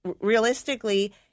realistically